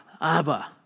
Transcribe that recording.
Abba